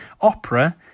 Opera